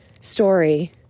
story